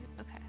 Okay